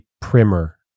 primer